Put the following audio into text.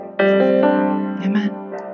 Amen